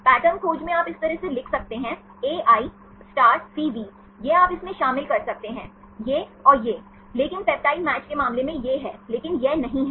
pattern खोज में आप इस तरह से लिख सकते हैं AI CV यह आप इसमें शामिल कर सकते हैं यह और यह लेकिन पेप्टाइड मैच के मामले में यह है लेकिन यह नहीं है